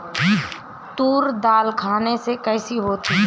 तूर दाल खाने में कैसी होती है?